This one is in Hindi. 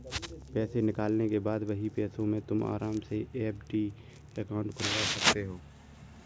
पैसे निकालने के बाद वही पैसों से तुम आराम से एफ.डी अकाउंट खुलवा सकते हो